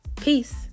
Peace